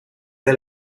the